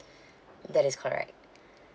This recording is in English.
that is correct